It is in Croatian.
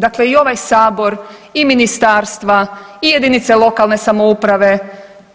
Dakle i ovaj Sabor, i ministarstva, i jedinice lokalne samouprave